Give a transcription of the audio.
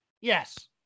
Yes